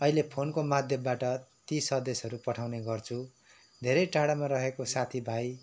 अहिले फोनको माध्यमबाट ती सन्देशहरू पठाउने गर्छु धेरै टाढामा रहेको साथी भाइ